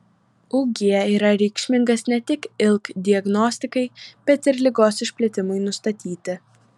ug yra reikšmingas ne tik ilk diagnostikai bet ir ligos išplitimui nustatyti